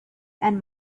and